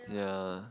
yeah